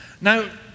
now